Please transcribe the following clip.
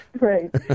Right